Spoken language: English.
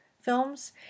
films